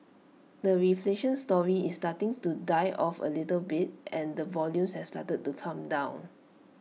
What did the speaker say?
the reflation story is starting to die off A little bit and the volumes has started to come down